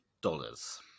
dollars